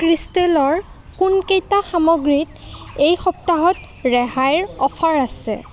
ক্ৰিষ্টেলৰ কোনকেইটা সামগ্ৰীত এই সপ্তাহত ৰেহাইৰ অ'ফাৰ আছে